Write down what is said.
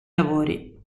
lavori